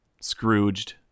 Scrooged